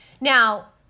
Now